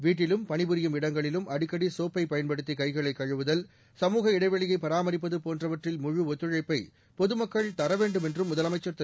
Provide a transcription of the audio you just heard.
வீட்டிலும் பணிபுரியும் இடங்களிலும் அடிக்கடி சோப்பை பயன்படுத்தி கைகளை கழுவுதல் சமூக இடைவெளியைப் பராமரிப்பது போன்றவற்றில் முழுஒத்துழைப்பை பொதுமக்கள் தர வேண்டும் என்றும் முதலமைச்சர் திரு